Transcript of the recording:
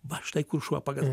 va štai kur šuo pakas